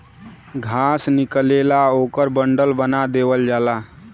घास निकलेला ओकर बंडल बना देवल जाला